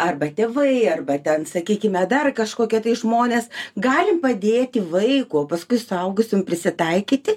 arba tėvai arba ten sakykime dar kažkokie tai žmonės gali padėti vaiko o paskui suaugusium prisitaikyti